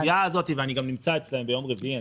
אני מכיר את התביעה הזאת ואני גם נמצא אצלם ביום רביעי.